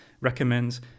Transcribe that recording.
recommends